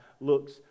looks